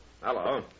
hello